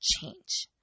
change